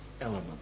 element